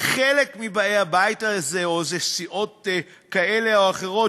חלק מבאי הבית הזה או סיעות כאלה או אחרות,